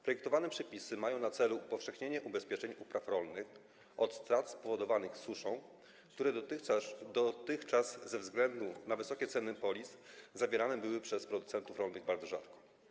Projektowane przepisy mają na celu upowszechnienie umów ubezpieczenia upraw rolnych od strat spowodowanych suszą, które dotychczas ze względu na wysokie ceny polis zawierane były przez producentów rolnych bardzo rzadko.